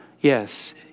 Yes